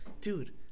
Dude